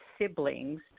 siblings